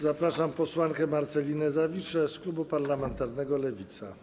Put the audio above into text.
Zapraszam posłankę Marcelinę Zawiszę z klubu parlamentarnego Lewica.